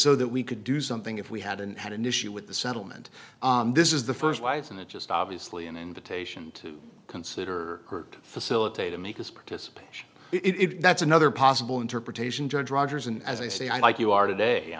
so that we could do something if we hadn't had an issue with the settlement this is the st wife and it just obviously an invitation to consider facilitate amicus participation it that's another possible interpretation judge rogers and as i say i like you are today i